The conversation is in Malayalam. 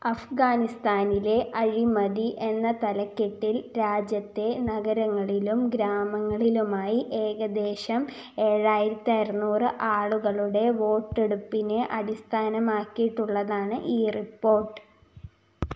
അഫ്ഗാനിസ്ഥാനിലെ അഴിമതി എന്ന തലക്കെട്ടിൽ രാജ്യത്തെ നഗരങ്ങളിലും ഗ്രാമങ്ങളിലുമായി ഏകദേശം ഏഴായിരത്തി അറുനൂറ് ആളുകളുടെ വോട്ടെടുപ്പിനെ അടിസ്ഥാനമാക്കിട്ടുള്ളതാണ് ഈ റിപ്പോർട്ട്